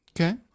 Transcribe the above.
Okay